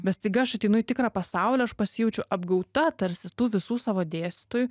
bet staiga aš ateinu į tikrą pasaulį aš pasijaučiu apgauta tarsi tų visų savo dėstytojų